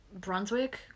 Brunswick